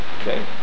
okay